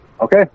okay